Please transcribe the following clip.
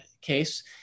case